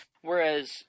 Whereas